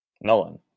Nolan